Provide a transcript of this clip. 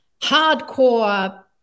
hardcore